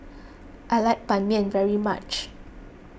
I like Ban Mian very much